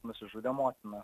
nusižudė motina